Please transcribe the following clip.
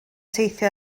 teithio